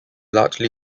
largely